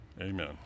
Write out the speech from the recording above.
amen